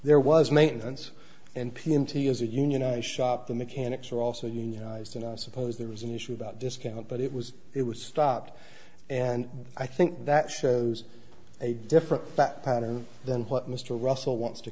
there was maintenance and p m t is a unionized shop the mechanics are also unionized and i suppose there was an issue about discount but it was it was stopped and i think that shows a different pattern than what mr russell wants to